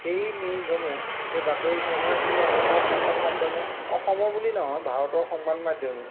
সেই নিউজসমূহ সেই বাতৰিসমূহে কিন্তু অসমৰ সংবাদ মাধ্যমে অসমৰ বুলি নহয় ভাৰতৰ সংবাদ মাধ্যমেও